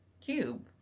cube